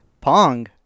Pong